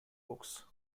books